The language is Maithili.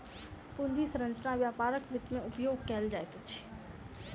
पूंजी संरचना व्यापारक वित्त में उपयोग कयल जाइत अछि